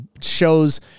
shows